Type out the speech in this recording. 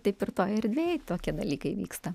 taip ir toj erdvėj tokie dalykai vyksta